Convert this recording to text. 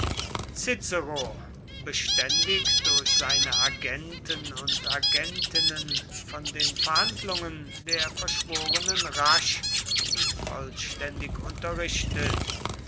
beständig durch seine agenten und agentinnen von den verhandlungen der verschworenen rasch und vollständig unterrichtet